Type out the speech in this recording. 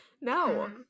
No